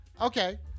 Okay